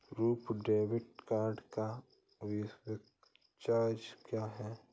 RuPay debit card का वार्षिक charge क्या है?